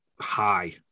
high